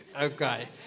okay